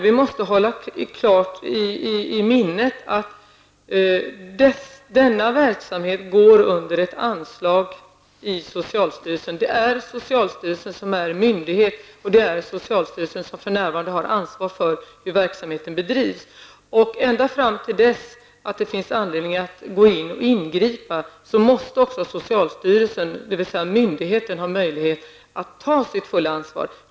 Vi måste hålla klart i minnet att denna verksamhet går under ett anslag i socialstyrelsen. Det är socialstyrelsen som är myndighet, och det är socialstyrelsen som för närvarande har ansvaret för hur verksamheten bedrivs. Ända fram till dess att det finns anledning att gå in och ingripa måste också socialstyrelsen, dvs. myndigheten, ha möjligheter att ta sitt fulla ansvar.